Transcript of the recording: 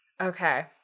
Okay